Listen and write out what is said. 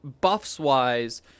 buffs-wise